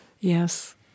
yes